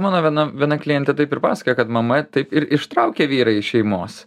mano viena viena klientė taip ir pasakojo kad mama taip ir ištraukė vyrą iš šeimos